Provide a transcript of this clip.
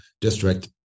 district